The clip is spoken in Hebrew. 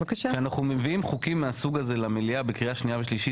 כשאנחנו מביאים חוקים מהסוג הזה למליאה בקריאה שנייה ושלישית,